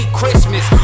Christmas